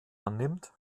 annimmt